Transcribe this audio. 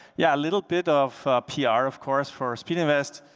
yeah, a little bit of pr of course for speedy invest